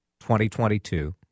2022